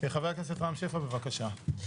חבר הכנסת רם שפע, בבקשה.